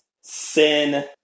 sin